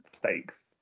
stakes